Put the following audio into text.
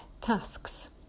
tasks